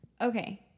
Okay